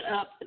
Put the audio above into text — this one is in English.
up